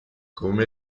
come